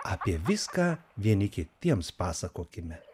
apie viską vieni kitiems pasakokime